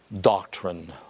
doctrine